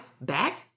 back